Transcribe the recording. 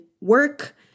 work